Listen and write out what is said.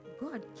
god